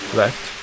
left